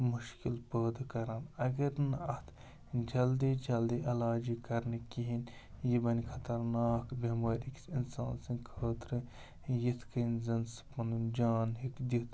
مُشکِل پٲدٕ کَران اَگَر نہٕ اَتھ جَلدی جَلدی علاج یی کَرنہٕ کِہیٖنۍ یہِ بَنہِ خطرناک بٮ۪مٲرۍ أکِس اِنسان سٕنٛدِ خٲطرٕ یِتھ کَنۍ زَنہٕ سُہ پَنُن جان ہیٚکہِ دِتھ